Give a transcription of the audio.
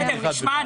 בסדר, נשמע.